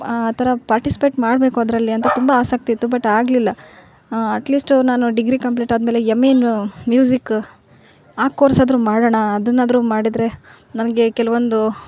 ಆ ಥರ ಪಾರ್ಟಿಸ್ಪೇಟ್ಸ್ ಮಾಡಬೇಕು ಅದರಲ್ಲಿ ಅಂತ ತುಂಬ ಆಸಕ್ತಿ ಇತ್ತು ಬಟ್ ಆಗಲಿಲ್ಲ ಅಟ್ ಲೀಸ್ಟ್ ನಾನು ಡಿಗ್ರಿ ಕಂಪ್ಲೀಟ್ ಆದ ಮೇಲೆ ಎಮ್ ಎ ಇನ್ ಮ್ಯೂಸಿಕ್ ಆ ಕೋರ್ಸ್ ಆದರು ಮಾಡೋಣ ಅದುನ್ನ ಆದರು ಮಾಡಿದರೆ ನನಗೆ ಕೆಲವೊಂದು